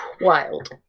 Wild